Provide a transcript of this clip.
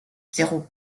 zéro